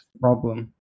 Problem